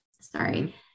sorry